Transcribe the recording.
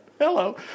Hello